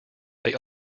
they